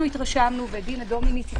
אנחנו התרשמנו, ודינה דומיניץ התרשמה,